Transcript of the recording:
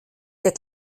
der